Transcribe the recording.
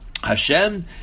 Hashem